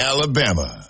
Alabama